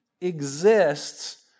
exists